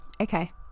okay